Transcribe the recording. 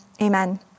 Amen